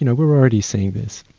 you know we are already seeing this,